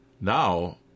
Now